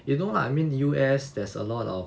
you know lah I mean U_S there's a lot of